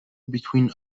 between